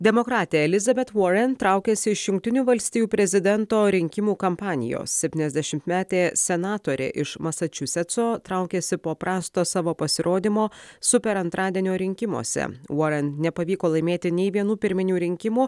demokratė elizabet voren traukiasi iš jungtinių valstijų prezidento rinkimų kampanijos septyniasdešimtmetė senatorė iš masačusetso traukiasi po prasto savo pasirodymo super antradienio rinkimuose vorent nepavyko laimėti nei vienų pirminių rinkimų